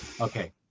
Okay